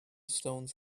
stones